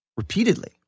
repeatedly